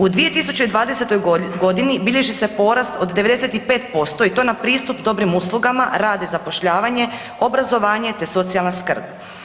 U 2020.g. bilježi se porast od 95% i to na pristup dobrim uslugama, rad i zapošljavanje, obrazovanje te socijalna skrb.